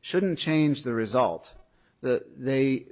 shouldn't change the result of the they